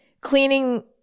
cleaning